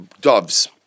doves